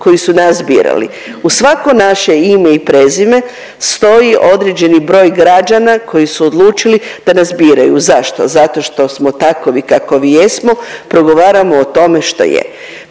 koji su nas birali. Uz svako naše ime i prezime stoji određeni broj građana koji su odlučili da nas biraju. Zašto? Zato što smo takovi kakovi jesmo, progovaramo o tome što je.